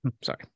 sorry